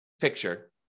picture